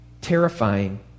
terrifying